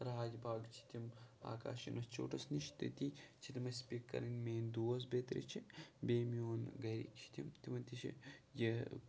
راج باغ چھِ تِم آکاش اِنَسچوٗٹَس نِش تٔتی چھِ تِم اَسہِ پِک کَرٕنۍ مےٚ یِم دوس بیترِ چھِ بیٚیہِ میون گَرِکۍ چھِ تِم تِمَن تہِ چھِ یہِ